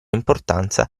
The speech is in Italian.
importanza